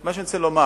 מה שאני רוצה לומר,